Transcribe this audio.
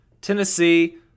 Tennessee